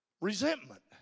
Resentment